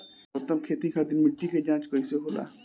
सर्वोत्तम खेती खातिर मिट्टी के जाँच कईसे होला?